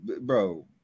bro